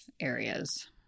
areas